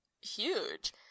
huge